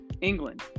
England